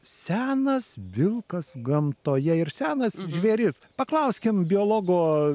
senas vilkas gamtoje ir senas žvėris paklauskim biologo